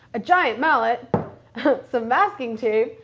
a giant mallet some masking tape,